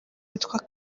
witwa